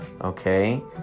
Okay